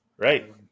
Right